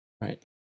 right